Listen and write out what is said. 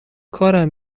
کارم